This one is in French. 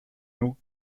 nous